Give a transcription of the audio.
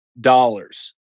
dollars